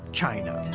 china.